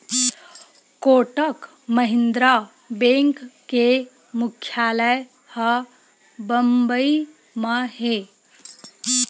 Kotak Mahindra bank के मुख्यालय ह बंबई म हे